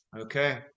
Okay